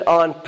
on